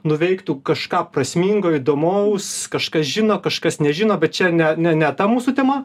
nuveiktų kažką prasmingo įdomaus kažkas žino kažkas nežino bet čia ne ne ne ta mūsų tema